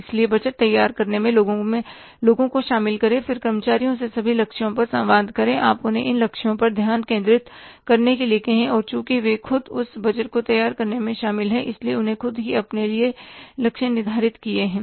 इसलिए बजट तैयार करने में लोगों को शामिल करें फिर कर्मचारियों से सभी लक्ष्यों पर संवाद करें आप उन्हें इन लक्ष्यों पर ध्यान केंद्रित करने के लिए कहें और चूंकि वे खुद उस बजट को तैयार करने में शामिल हैं इसलिए उन्होंने खुद ही अपने लिए लक्ष्य निर्धारित किए हैं